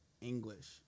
English